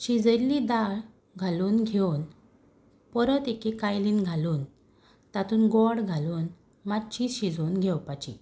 शिजयल्ली दाळ घालून घेवन परत एके कायलेन घालून तातूंत गोड घालून मातशी शिजोवन घेवपाची